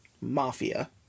mafia